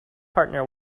partner